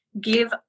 give